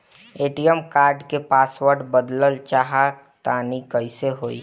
ATM card क password बदलल चाहा तानि कइसे होई?